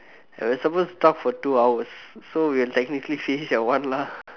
we're supposed to talk for two hours so we're technically finish at one lah